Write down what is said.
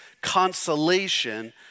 consolation